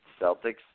Celtics